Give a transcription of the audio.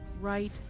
right